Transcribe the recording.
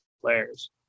players